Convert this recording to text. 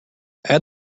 add